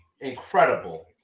Incredible